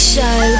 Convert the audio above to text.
Show